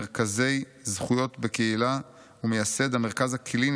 מרכזי זכויות בקהילה ומייסד המרכז הקליני